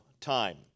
time